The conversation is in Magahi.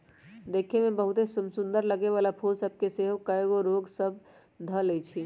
देखय में बहुते समसुन्दर लगे वला फूल सभ के सेहो कएगो रोग सभ ध लेए छइ